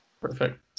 Perfect